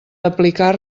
aplicar